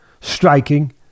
striking